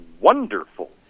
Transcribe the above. wonderful